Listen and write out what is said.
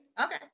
Okay